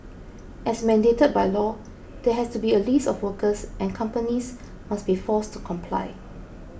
as mandated by law there has to be a list of workers and companies must be forced to comply